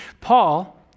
Paul